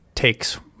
takes